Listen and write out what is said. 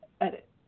edit